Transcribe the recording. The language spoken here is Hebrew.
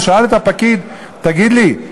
אז הוא שאל את הפקיד: תגיד לי,